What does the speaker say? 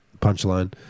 punchline